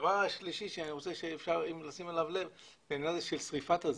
הדבר השלישי שאני רוצה אם אפשר לשים לב זה העניין הזה של שריפת הזבל.